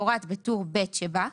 דירה.